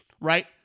right